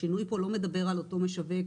השינוי פה לא מדבר על אותו משווק.